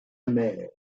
amère